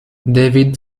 david